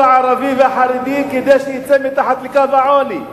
הערבי והחרדי כדי שיצא מתחת לקו העוני,